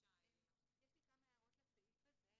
יש לי כמה הערות לסעיף הזה.